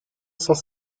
sans